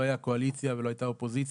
לא הייתה קואליציה ולא הייתה אופוזיציה,